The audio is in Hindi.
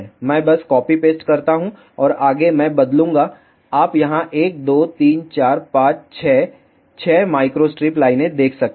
मैं बस कॉपी पेस्ट करता हूं और आगे मैं बदलूंगा आप यहां 1 2 3 4 5 6 6 माइक्रोस्ट्रिप लाइनें देख सकते हैं